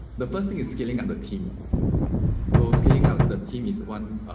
the first thing is scaling up the team so scaling out the team is one